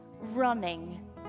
running